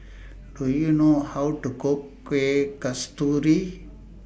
Do YOU know How to Cook Kueh Kasturi